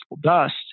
dust